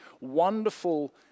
wonderful